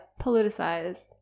politicized